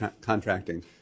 contracting